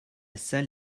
salle